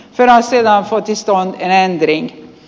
raision futistaan eni